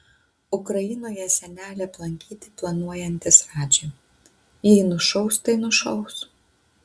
ukrainoje senelį aplankyti planuojantis radži jei nušaus tai nušaus